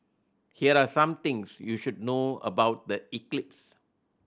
here are some things you should know about the eclipse